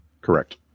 Correct